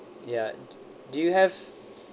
ya d~ do you have